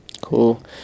Cool